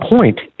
point